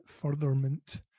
furtherment